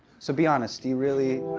so be honest, do you really?